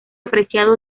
apreciado